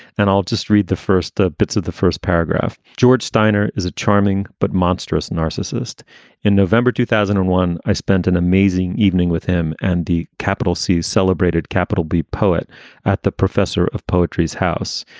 and i'll just read the first ah bits of the first paragraph. george steiner is a charming but monstrous narcissist in november two thousand and one. i spent an amazing evening with him and the capital c. celebrated capital b, poet at the professor of poetries house.